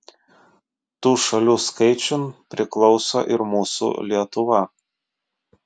tų šalių skaičiun priklauso ir mūsų lietuva